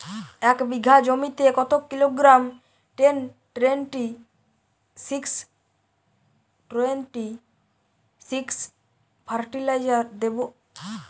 এক বিঘা জমিতে কত kilogram ten twenty six twenty six fertiliser দেবো?